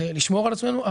לשמור על עצמנו.